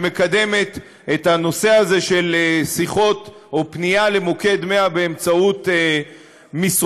שמקדמת את הנושא הזה של שיחות או פנייה למוקד 100 באמצעות מסרונים,